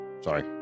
Sorry